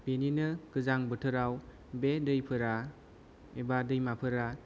बिनिनो गोजां बोथोराव बे दैफोरा एबा दैमाफोरा